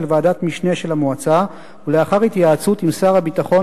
ועדת משנה של המועצה ולאחר התייעצות עם שר הביטחון